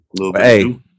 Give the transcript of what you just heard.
Hey